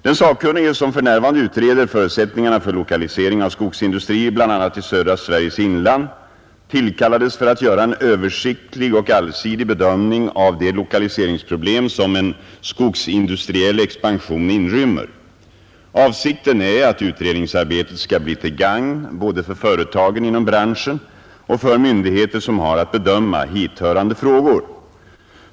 Den sakkunnige som för närvarande utreder förutsättningarna för lokalisering av skogsindustrier bl.a. i södra Sveriges inland tillkallades för att göra en översiktlig och allsidig bedömning av de lokaliseringsproblem som en skogsindustriell expansion inrymmer. Avsikten är att utredningsarbetet skall bli till gagn för både företagen inom branschen och myndigheter som har att bedöma hithörande frågor.